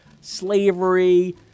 slavery